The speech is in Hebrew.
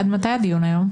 עד מתי הדיון היום?